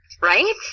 Right